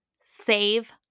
save